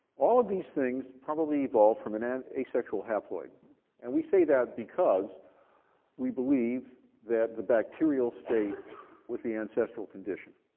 all of these things probably evolved from an an asexual haploid and we say that because we believe that the bacterial state was the ancestral condition.